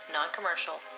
Non-Commercial